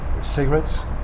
cigarettes